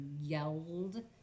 yelled